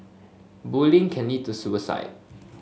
bullying can lead to suicide